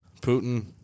Putin